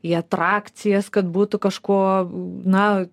į atrakcijas kad būtų kažkuo na